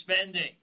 spending